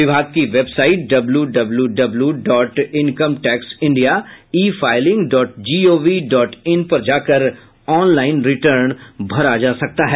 विभाग की website W W W dot income tax India e filing dot G O V dot in पर जाकर ऑनलाइन रिर्टन भरा जा सकता है